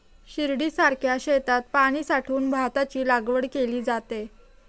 शिर्डीसारख्या शेतात पाणी साठवून भाताची लागवड केली जाते